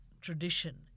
tradition